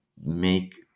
make